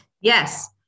Yes